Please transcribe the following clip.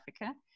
Africa